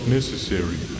necessary